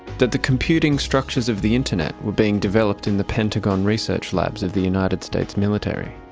that the computing structures of the internet were being developed in the pentagon research labs of the united states military.